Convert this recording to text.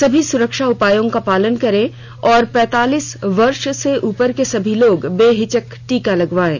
सभी सुरक्षा उपायों का पालन करें और पैंतालीस वर्ष से उपर के सभी लोग बेहिचक टीका लगवायें